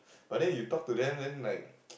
but then you talk to them then like